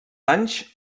anys